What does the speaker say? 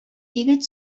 егет